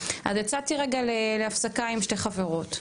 אז יצאתי רגע להפסקה עם שתי חברות,